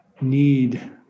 need